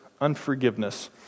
Unforgiveness